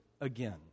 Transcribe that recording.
again